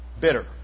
bitter